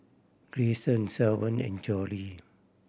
Greyson Shavon and Jory